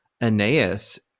Aeneas